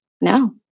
no